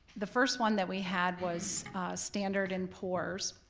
the first one that we had was standard in poor's,